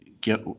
get